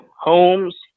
homes